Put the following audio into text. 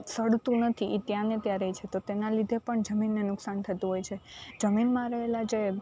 સડતું નથી એ ત્યાં ને ત્યાં રહે છે તો તેના લીધે પણ જમીન ને નુકસાન થતું હોય છે જમીનમાં રહેલાં જે